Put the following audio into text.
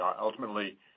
ultimately